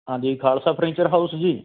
ਹਾਂਜੀ Khalsa furniture house ਜੀ